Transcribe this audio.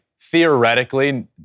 Theoretically